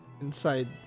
inside